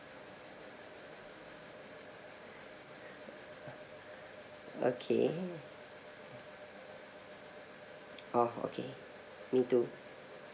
okay oh okay me too